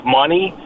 money